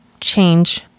change